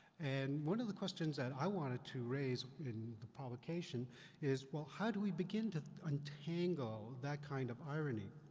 and one of the questions that i wanted to raise in the provocation is, well, how do we begin to untangle that kind of irony?